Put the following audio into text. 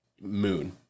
moon